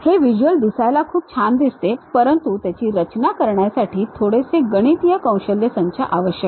हे व्हिज्युअल दिसायला खूप छान दिसते परंतु त्याची रचना करण्यासाठी थोडेसे गणितीय कौशल्य संच आवश्यक आहे